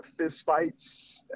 fistfights